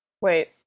Wait